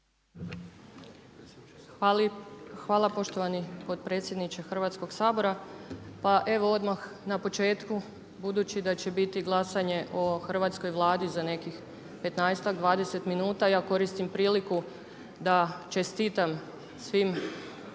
Hvala poštovani potpredsjedniče Hrvatskog sabora. Pa evo odmah na početku budući da će biti glasanje o hrvatskoj Vladi za nekih petnaestak, dvadeset minuta ja koristim priliku da čestitam svim